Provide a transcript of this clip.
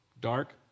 dark